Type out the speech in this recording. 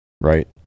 right